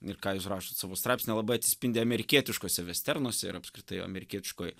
ir ką jūs rašot savo straipsnyje labai atsispindi amerikietiškuose vesternuose ir apskritai amerikietiškoj